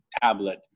tablet